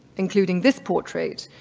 including this portrait,